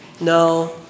No